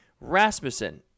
Rasmussen